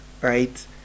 right